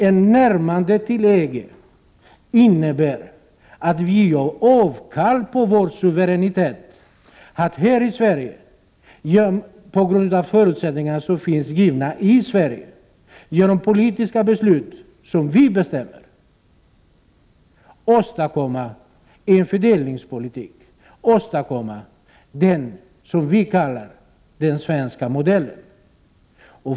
Ett närmande till EG innebär att vi avstår från vår suveränitet. Det gäller således att på grund av givna förutsättningar i Sverige, genom politiska beslut som vi fattar, åstadkomma en fördelning — dvs. vad vi kallar den svenska modellen.